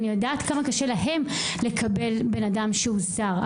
אני יודעת כמה קשה להם לקבל בן אדם שהוא זר.